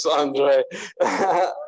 andre